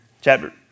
chapter